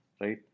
right